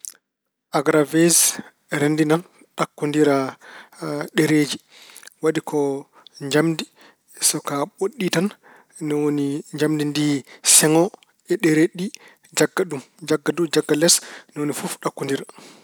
Agaraweej renndinan, ɗakkondira ɗereeji. Waɗi ko njamndi, so ko a ɓoɗɗi tan ni woni njamndi ndi ceŋo e ɗereeji ɗi, jannga ɗum, jannga dow, jannga les. Ni woni fof ɗakkondira.